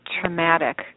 traumatic